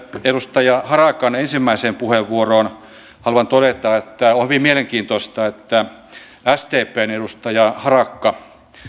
edustaja harakan ensimmäiseen puheenvuoroon haluan todeta että on hyvin mielenkiintoista että sdpn edustaja harakka